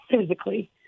physically